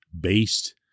based